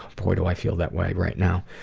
boy, do i feel that way right now!